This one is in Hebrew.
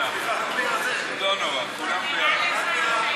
ורישיון זמני),